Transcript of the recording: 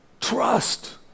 Trust